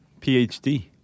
PhD